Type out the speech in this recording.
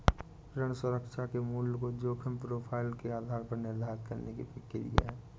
ऋण सुरक्षा के मूल्य को जोखिम प्रोफ़ाइल के आधार पर निर्धारित करने की प्रक्रिया है